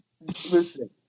listen